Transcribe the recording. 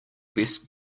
best